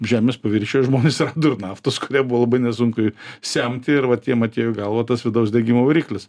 žemės paviršiuje žmonės rado ir naftos kurią buvo labai nesunku semti ir vat jiem atėjo į galvą tas vidaus degimo variklis